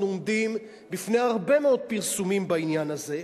עומדים בפני הרבה מאוד פרסומים בעניין הזה,